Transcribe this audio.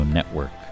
Network